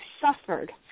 suffered